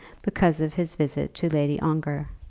because of his visit to lady ongar.